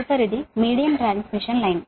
తదుపరిది medium transmission line